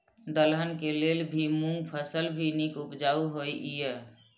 दलहन के लेल भी मूँग फसल भी नीक उपजाऊ होय ईय?